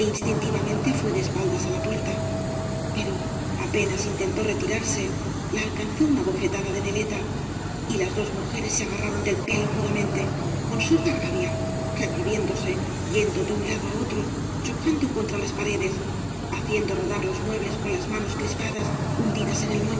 instintivamente fué de espaldas á la puerta pero apenas intentó retirarse la alcanzó una bofetada de neleta y las dos mujeres se agarraron del pelo mudamente con sorda rabia revolviéndose yendo de un lado á otro chocando contra las paredes haciendo rodar los muebles con las manos crispadas hundidas en el